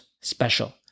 special